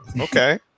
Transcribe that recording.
okay